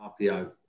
RPO